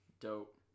Dope